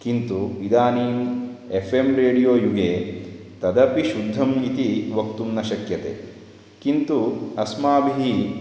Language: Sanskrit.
किन्तु इदानीम् एफ् एम् रेडियो युगे तदपि शुद्धम् इति वक्तुं न शक्यते किन्तु अस्माभिः